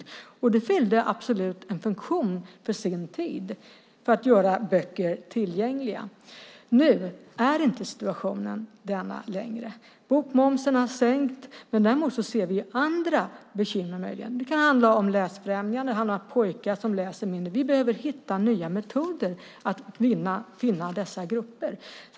En bok för alla fyllde absolut en funktion för sin tid för att göra böcker tillgängliga. Nu är inte situationen sådan längre. Bokmomsen har sänkts, men däremot ser vi möjligen andra bekymmer. Det kan handla om läsfrämjande och om pojkar som läser mindre. Vi behöver hitta nya metoder att finna dessa grupper.